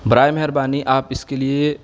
برائے مہربانی آپ اس کے لیے